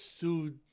sued